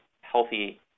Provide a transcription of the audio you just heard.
healthy